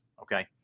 Okay